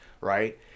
Right